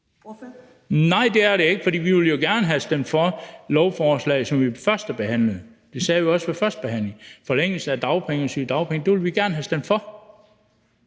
(DF): Nej, det er det ikke, for vi ville jo gerne have stemt for lovforslaget, som vi førstebehandlede. Det sagde vi også ved førstebehandlingen. Forlængelse af dagpenge og sygedagpenge ville vi gerne have stemt for.